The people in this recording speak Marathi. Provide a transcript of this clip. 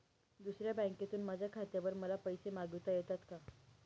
दुसऱ्या बँकेतून माझ्या खात्यावर मला पैसे मागविता येतात का?